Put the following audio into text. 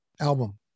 album